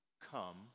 Come